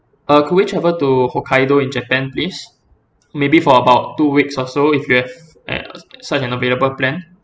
uh could we travel to hokkaido in japan please maybe for about two weeks or so if you have uh such an available plan